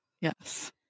yes